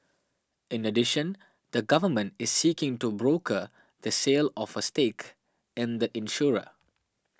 in addition the government is seeking to broker the sale of a stake in the insurer